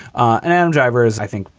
and and drivers, i think,